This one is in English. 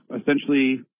essentially